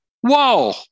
Whoa